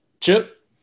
Chip